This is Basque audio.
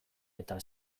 eta